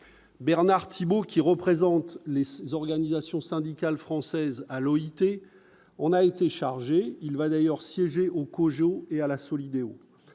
Bernard Thibault, qui représente les 6 organisations syndicales françaises à l'OIT, on a été chargé, il va d'ailleurs siégé au COJO et à la Solideo,